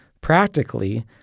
Practically